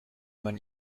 man